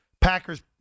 Packers